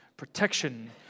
Protection